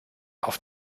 auf